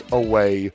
away